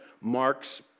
Mark's